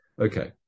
Okay